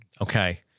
Okay